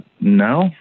no